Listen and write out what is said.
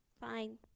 Fine